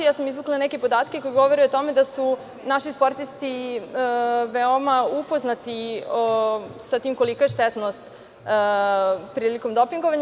Izvukla sam neke podatke koji govore o tome da su naši sportisti veoma upoznati sa tim kolika je štetnost prilikom dopingovanja.